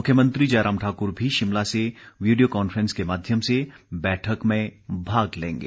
मुख्यमंत्री जयराम ठाकुर भी शिमला से वीडियो कॉन्फ्रेंस के माध्यम से बैठक में भाग लेंगे